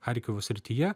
charkivo srityje